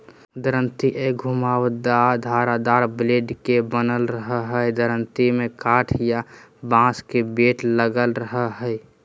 दरांती एक घुमावदार धारदार ब्लेड के बनल रहई हई दरांती में काठ या बांस के बेट लगल रह हई